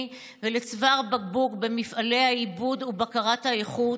ולצוואר בקבוק במפעלי העיבוד ובקרת האיכות,